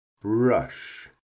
brush